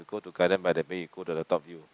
go to Gardens-by-the-Bay you go to the top view